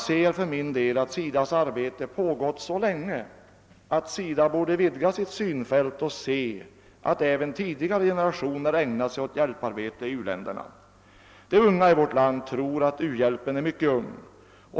SIDA:s arbete har pågått så länge att organisationen nu borde vidga sitt synfält och uppmärksamma att även tidigare generationer har ägnat sig åt hjälparbete i u-länderna. De unga i vårt land tror att u-hjälpen är av mycket färskt datum.